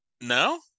no